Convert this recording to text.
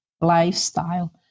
lifestyle